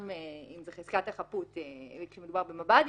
אם זה חזקת החפות כשמדובר במב"דים,